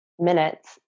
minutes